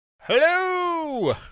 Hello